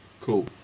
cool